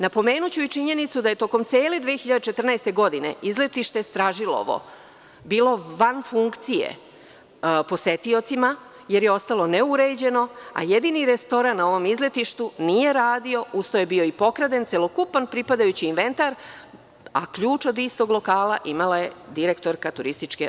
Napomenuću i činjenicu da je tokom cele 2014. godine, izletište Stražilovo, bilo van funkcije posetiocima, jer je ostalo neuređeno, a jedini restoran na ovom izletištu nije radio, uz to je bio i pokraden, celokupan pripadajući inventar, a ključ od istog lokala imala je direktorka TO.